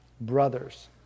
brothers